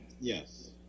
Yes